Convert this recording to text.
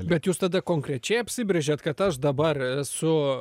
bet jūs tada konkrečiai apsibrėžėt kad aš dabar esu